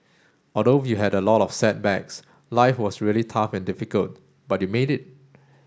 although you had a lot of setbacks life was really tough and difficult but you made it